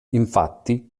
infatti